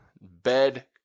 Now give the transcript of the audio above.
bed